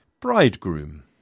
bridegroom